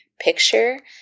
picture